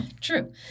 True